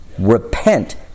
Repent